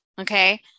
okay